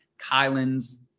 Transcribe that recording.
Kylan's